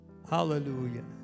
Hallelujah